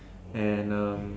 and um